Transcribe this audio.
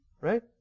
Right